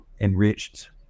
enriched